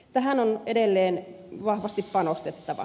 tähän on edelleen vahvasti panostettava